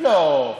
לא.